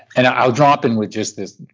and i'll drop in with just this,